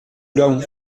laon